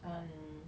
um